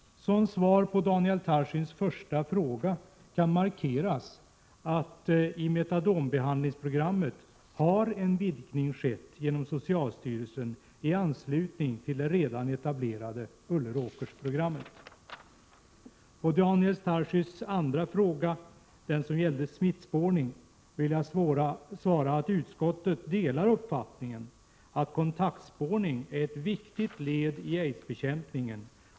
Som svar på Daniel Tarschys första fråga kan markeras att en vidgning i metadonbehandlingsprogrammet har skett genom beslut av socialstyrelsen i anslutning till det redan etablerade Ulleråkersprogrammet. På Daniel Tarschys andra fråga, som gällde smittspårning, vill jag svara att utskottet delar uppfattningen att kontaktspårning är ett viktigt led i aidsbekämpningen.